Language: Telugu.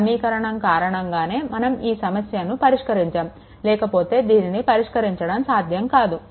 ఈ సమీకరణం కారణంగానే మనం ఈ సమస్యను పరిష్కరించాము లేకపోతే దీనిని పరిష్కరించడం సాధ్యం కాదు